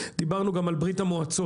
דיברנו גם על ברית המועצות.